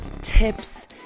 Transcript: tips